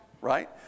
right